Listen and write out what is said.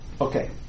okay